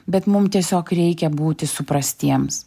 bet mum tiesiog reikia būti suprastiems